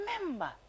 Remember